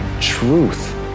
truth